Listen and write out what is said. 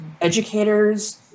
educators